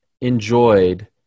enjoyed